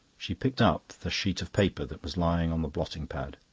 she picked up the sheet of paper that was lying on the blotting-pad.